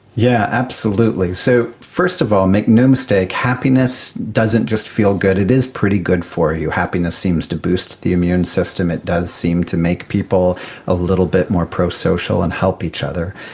yeah so first of all, make no mistake, happiness doesn't just feel good, it is pretty good for you. happiness seems to boost the immune system, it does seem to make people a little bit more pro-social and help each other.